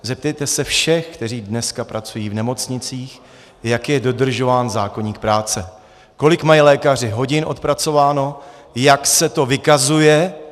Zeptejte se všech, kteří dneska pracují v nemocnicích, jak je dodržován zákoník práce, kolik mají lékaři odpracováno hodin, jak se to vykazuje.